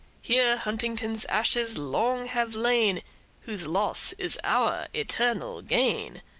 here huntington's ashes long have lain whose loss is our eternal gain,